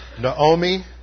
Naomi